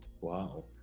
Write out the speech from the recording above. wow